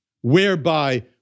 whereby